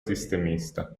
sistemista